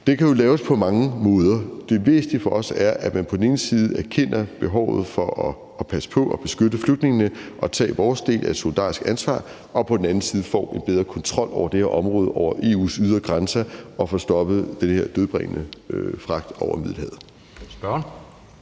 Det kan jo laves på mange måder. Det væsentlige for os er, at man på den ene side erkender behovet for at passe på og beskytte flygtningene og tager vores del af et solidarisk ansvar og på den anden side får en bedre kontrol med det her område ved EU's ydre grænser og får stoppet den her dødbringende fragt over Middelhavet.